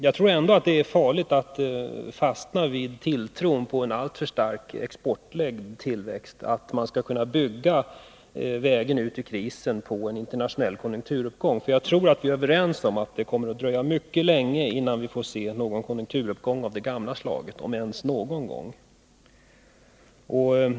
Jag tror att det är farligt att alltför mycket fastna i tilltron till en starkt exportledd tillväxt, att tro att man skall kunna bygga vägen ut ur krisen på en internationell konjunkturuppgång. Jag tror att vi är överens om att det kommer att dröja mycket länge innan vi får se någon konjunkturuppgång av det gamla slaget, om ens någon gång.